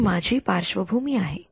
तर हि माझी पार्श्वभूमी आहे